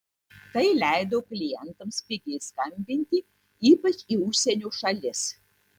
tai leido klientams pigiai skambinti ypač į užsienio šalis